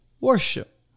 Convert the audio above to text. worship